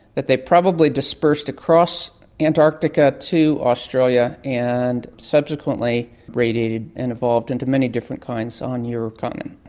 that they probably dispersed across antarctica to australia and subsequently radiated and evolved into many different kinds on your continent.